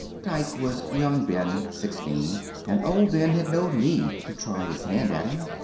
dike was young ben, sixteen and old ben had no need to try his hand at him.